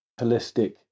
holistic